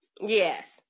Yes